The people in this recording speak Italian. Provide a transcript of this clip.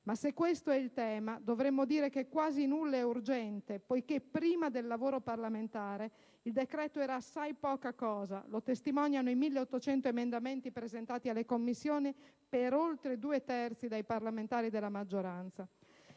Ma se questo è il tema, dovremmo dire che quasi nulla è urgente, poiché prima del lavoro parlamentare il decreto era assai poca cosa: lo testimoniano i 1800 emendamenti presentati alle Commissioni, per oltre due terzi dai parlamentari della maggioranza.